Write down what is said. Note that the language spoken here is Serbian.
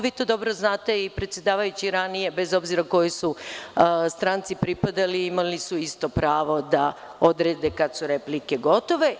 Vi to dobro znate i predsedavajući ranije, bez obzira kojoj su stranci pripadali, imali su isto pravo da odrede kada su replike gotove.